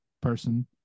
person